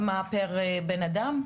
מה, פר בן אדם?